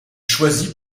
choisi